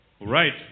Right